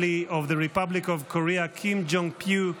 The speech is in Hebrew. of the Republic of Korea Kim Jin-Pyo,